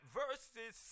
verses